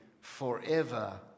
forever